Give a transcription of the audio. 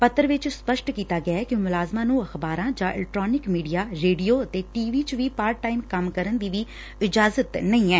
ਪੱਤਰ ਵਿਚ ਸਪੱਸ਼ਟ ਕੀਤਾ ਗਿਐ ਕਿ ਮੁਲਾਜ਼ਮਾਂ ਨੂੰ ਅਖ਼ਬਾਰਾਂ ਜਾਂ ਇਲੈਕਟ੍ਟਾਨਿਕ ਮੀਡੀਆ ਰੇਡੀਓ ਤੇ ਟੀ ਵੀ ਚ ਵੀ ਪਾਰਟ ਟਾਈਮ ਕੰਮ ਕਰਨ ਦੀ ਵੀ ਇਜ਼ਾਜਤ ਨਹੀਂ ਐ